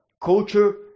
culture